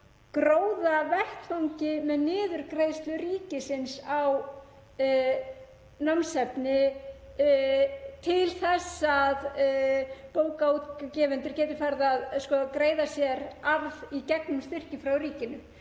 gróðavettvangi með niðurgreiðslu ríkisins á námsefni til þess að bókaútgefendur geti farið að greiða sér arð í gegnum styrki frá ríkinu.